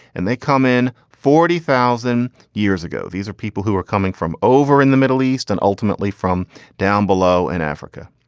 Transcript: and they come in forty thousand years ago. these are people who are coming from over in the middle east and ultimately from down below in and africa.